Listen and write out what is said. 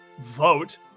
vote